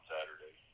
Saturday